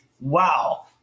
wow